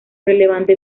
relevante